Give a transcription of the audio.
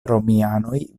romianoj